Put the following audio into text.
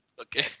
Okay